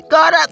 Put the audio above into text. God